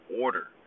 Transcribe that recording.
order